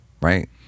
Right